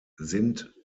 sind